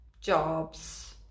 jobs